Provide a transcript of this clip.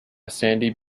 sandy